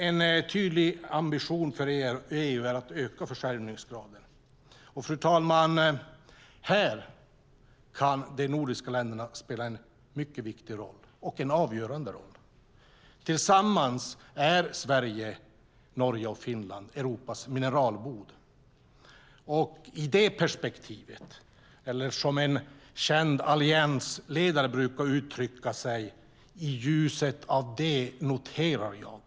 En tydlig ambition för EU är att öka försörjningsgraden. Fru talman! Här kan de nordiska länderna spela en mycket viktig och avgörande roll. Tillsammans är Sverige, Norge och Finland Europas mineralbod. En känd alliansledare brukar uttrycka sig: I ljuset av det noterar jag.